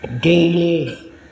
daily